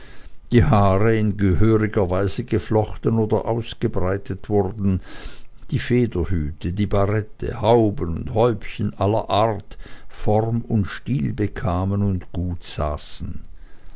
die haare in gehöriger weise geflochten oder ausgebreitet wurden die federhüte die barette hauben und häubchen aller art form und stil bekamen und gut saßen